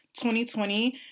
2020